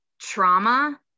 trauma